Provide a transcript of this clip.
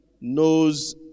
knows